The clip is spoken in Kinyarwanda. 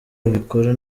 abikora